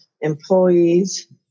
employees